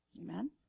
Amen